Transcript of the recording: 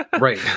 right